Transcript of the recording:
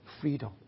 freedom